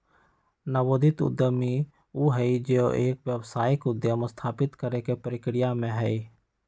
नवोदित उद्यमी ऊ हई जो एक व्यावसायिक उद्यम स्थापित करे के प्रक्रिया में हई